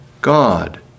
God